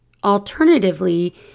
Alternatively